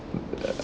uh